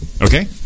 okay